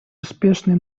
успешные